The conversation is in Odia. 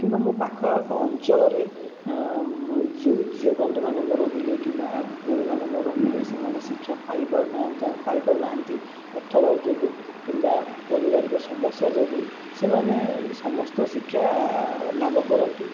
କିମ୍ବା ମୋ' ପାଖ ଆଖ ଅଞ୍ଚଳରେ ଯେଉଁ ଝିଅ ବନ୍ଧୁମାନେ ମୋ' ରହିଲେ କିମ୍ବା ଭଉଣୀମାନେ ମୋ' ରହିଲେ ସେମାନେ ଶିକ୍ଷା ପାଇପାରୁ ନାହାନ୍ତି ତାଙ୍କ ପାଇପାରୁ ନାହାନ୍ତି ଅର୍ଥ ଅଭାବ ଯୋଗୁଁ କିମ୍ବା ପାରିବାରିକ ସମସ୍ୟା ଯୋଗୁଁ ସେମାନେ ସମସ୍ତ ଶିକ୍ଷା ଲାଭ କରନ୍ତୁ